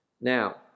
Now